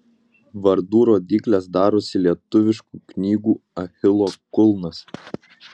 vardų rodyklės darosi lietuviškų knygų achilo kulnas